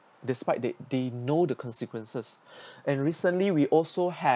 despite that they know the consequences and recently we also have